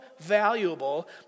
valuable